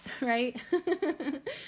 Right